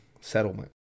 settlement